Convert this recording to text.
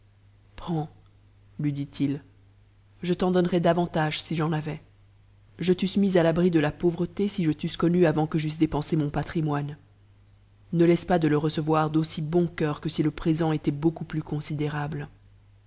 prends lui dit-il je t'en donnerais davantage si j'en avais je t'eusse mis à l'abri de la pauvreté si je t'eusse connu avant que j'eusse dépensé mon patrimoine ne laisse pas de h recevoir d'aussi bon cœur que si le présent était beaucoup plus considérable